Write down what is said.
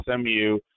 smu